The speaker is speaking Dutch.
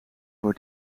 voor